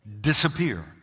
disappear